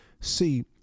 See